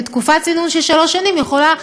ותקופת צינון של שלוש שנים יכולה,